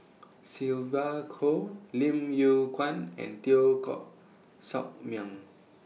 Sylvia Kho Lim Yew Kuan and Teo Koh Sock Miang